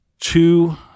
two